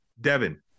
Devin